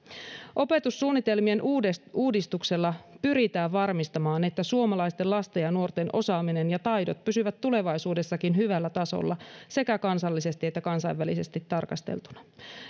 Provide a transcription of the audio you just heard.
opetussuunnitelmien uudistuksella uudistuksella pyritään varmistamaan että suomalaisten lasten ja nuorten osaaminen ja taidot pysyvät tulevaisuudessakin hyvällä tasolla sekä kansallisesti että kansainvälisesti tarkasteltuna